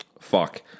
fuck